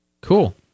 Cool